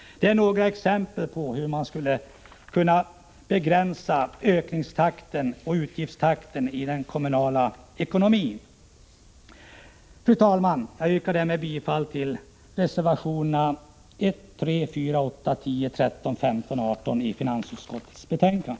Det är några exempel på hur man skulle kunna begränsa utgifternas ökningstakt i den kommunala ekonomin. Fru talman! Jag yrkar därmed bifall till reservationerna 1, 3,4, 8, 10, 13, 15 och 18 i finansutskottets betänkande.